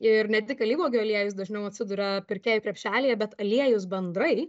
ir ne tik alyvuogių aliejus dažniau atsiduria pirkėjų krepšelyje bet aliejus bendrai